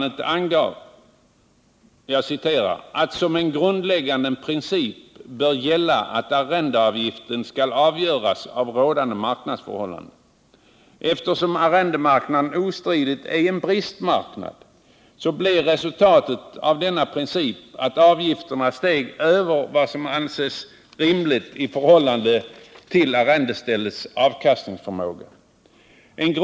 Det nämnda uttalandet anger ”att som en grundläggande princip bör gälla att arrendeavgiften skall avgöras av rådande marknadsförhållanden”. Eftersom arrendemarknaden ostridigt är en bristmarknad, blev resultatet av denna princip att avgifterna steg över vad som kunde anses rimligt i förhållande till arrendeställets avkastningsförmåga.